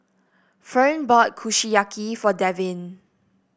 Fern bought Kushiyaki for Devin